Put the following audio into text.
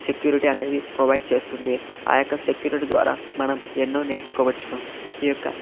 security అనేది provide చేస్తుంది ఆ యొక్క సెక్యూరిటీ ద్వారా మనం ఎన్నో నేర్చుకోవచ్చును ఈ యొక్క